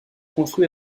construit